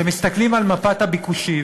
אתם מסתכלים על מפת הביקושים,